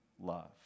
love